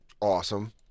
Awesome